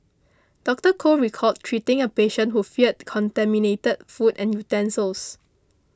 Doctor Koh recalled treating a patient who feared contaminated food and utensils